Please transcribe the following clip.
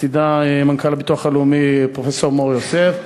ולצדה מנכ"ל הביטוח הלאומי פרופסור מור-יוסף,